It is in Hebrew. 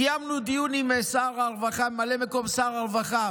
קיימנו דיון עם ממלא מקום שר הרווחה